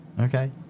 Okay